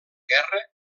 guerra